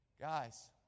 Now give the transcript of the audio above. Guys